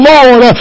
Lord